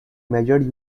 measured